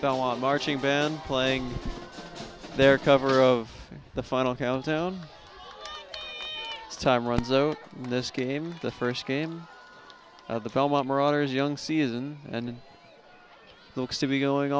marching band playing their cover of the final countdown time runs over this game the first game of the belmont marauders young season and looks to be going